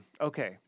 Okay